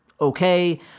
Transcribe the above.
okay